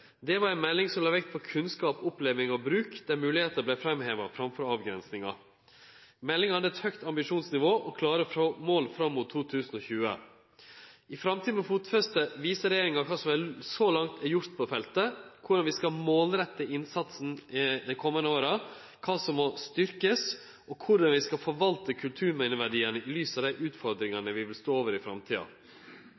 Det var ei melding som la vekt på kunnskap, oppleving og bruk, der moglegheiter vart framheva framfor avgrensingar. Meldinga hadde eit høgt ambisjonsnivå og klare mål fram mot 2020. I framtida må fotfestet vise regjeringa kva som så langt er gjort på feltet, korleis vi skal målrette innsatsen dei komande åra, kva som må styrkast, og korleis vi skal forvalte kulturminneverdiane i lys av dei